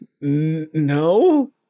no